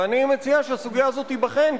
ואני מציע שהסוגיה הזאת תיבחן,